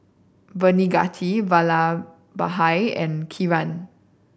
Baneganti Vallabhbhai and Kiran